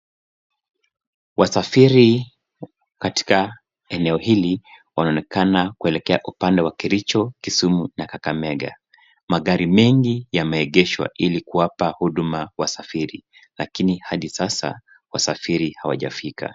Wasafiri katika eneo hili wanaonekana kuelekea upande wa Kericho, Kisumu na Kakamega. Magari mengi yameegeshwa ili kuwapa huduma wasafiri lakini hadi sasa wasafiri hawajafika.